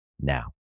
now